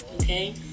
Okay